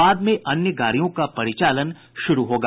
बाद में अन्य गाड़ियों का परिचालन शुरू होगा